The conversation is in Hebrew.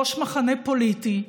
ראש מחנה פוליטי,